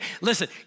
listen